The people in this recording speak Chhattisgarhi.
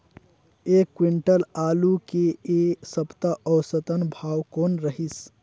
एक क्विंटल आलू के ऐ सप्ता औसतन भाव कौन रहिस?